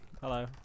hello